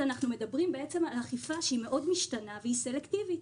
אנחנו מדברים על אכיפה שהיא מאוד משתנה והיא סלקטיבית.